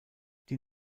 die